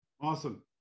Awesome